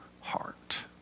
heart